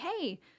hey